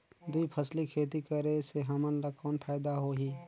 दुई फसली खेती करे से हमन ला कौन फायदा होही?